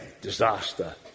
disaster